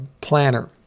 planner